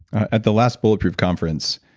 at the last bulletproof conference,